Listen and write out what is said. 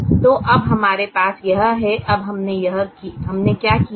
तो अब हमारे पास यह है अब हमने क्या किया है